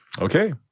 Okay